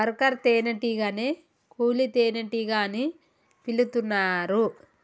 worker తేనే టీగనే కూలీ తేనెటీగ అని పిలుతున్నరు